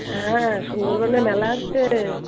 হ্যাঁ সুন্দরবনে মেলা হচ্ছে